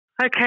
Okay